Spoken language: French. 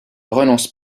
renonce